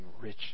rich